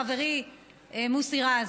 חברי מוסי רז?